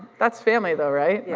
that's family though, right? yeah